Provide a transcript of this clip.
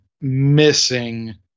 missing